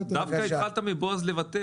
דווקא התחלת מבועז לוותר?